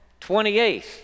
28th